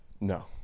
No